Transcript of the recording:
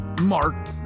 Mark